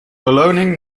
beloning